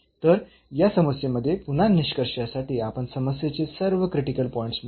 तर या समस्येमध्ये पुन्हा निष्कर्षासाठी आपण समस्येचे सर्व क्रिटिकल पॉईंट्स मोजले आहेत